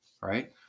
right